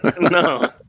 no